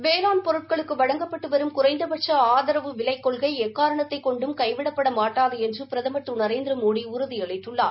வேளாண் பொருட்களுக்கு வழங்கப்பட்டு வரும் குறைந்தபட்ச ஆதரவு விலைக் கொள்கை எக்காரணத்தைக் கொண்டும் கைவிடப்படமாட்டாது என்று பிரதமர் திரு நரேந்திரமோடி உறுதியளித்துள்ளார்